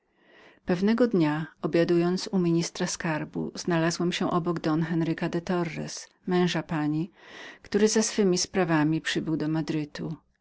pewnego dnia obiadując u ministra haziendy czyli skarbu znalazłem się obok don henryka de torres męża pani który za swemi sprawami przybył do madrytu